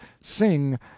sing